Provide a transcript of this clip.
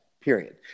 period